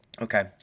Okay